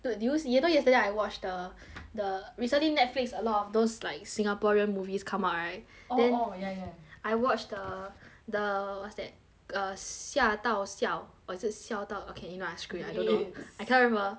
dude did you see you know yesterday I watch the the recently Netflix a lot of those like singaporean movies come out right orh orh then ya ya I watched the the what's that err 吓到笑 or is it 笑到 okay you know what I screen I don't know I can't remember